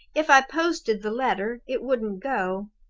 if i posted the letter, it wouldn't go.